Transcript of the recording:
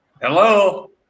Hello